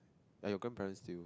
ya your grandparent still